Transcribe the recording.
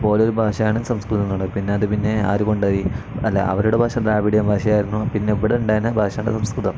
ഓരോരു ഭാഷയാണ് സംസ്കൃതങ്ങൾ പിന്നെ അത് പിന്നെ ആര് കൊണ്ടുപോയി അല്ല അവരുടെ ഭാഷ ദ്രാവിഡ്യൻ ഭാഷയായിരുന്നു പിന്നെ ഇവിടെ ഉണ്ടായിരുന്ന ഭാഷയുടെ സംസ്കൃതം